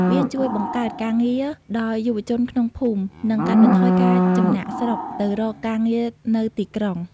វាជួយ បង្កើតការងារ ដល់យុវជនក្នុងភូមិ និងកាត់បន្ថយការចំណាកស្រុកទៅរកការងារនៅទីក្រុង។